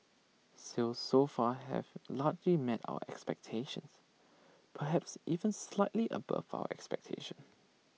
sales so far have largely met our expectations perhaps even slightly above our expectations